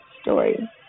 story